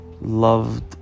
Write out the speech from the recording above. loved